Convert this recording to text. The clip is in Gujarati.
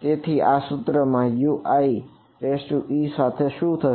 છો તો આ સૂત્ર માં Uie સાથે શું થશે